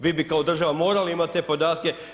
Vi bi kao državama morali imati te podatke.